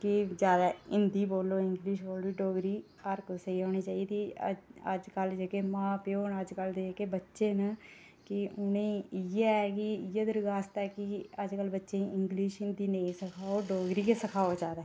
की जादै हिंदी बोलो इंगलिश बोलो डोगरी हर कुसै गी औना चाहिदी अज्जकल दे जेह्के मां प्यो न अजकल दे जेह्के बच्चे न ते उ'नेंगी इ'यै कि इ'यै दरखास्त ऐ कि अजकल बच्चें गी हिंदी इंगलिश नेईं सखाओ डोगरी गै सखाओ जादै